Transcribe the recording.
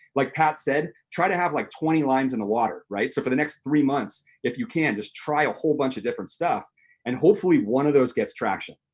like pat said, try to have like twenty lines in the water. so for the next three months, if you can, just try a whole bunch of different stuff and hopefully one of those gets traction.